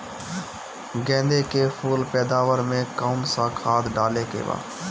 गेदे के फूल पैदवार मे काउन् सा खाद डाले के बा?